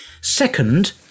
Second